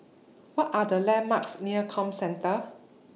What Are The landmarks near Comcentre